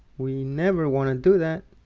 we never want to do that